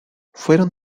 fueron